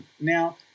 Now